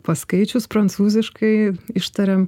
paskaičius prancūziškai ištariam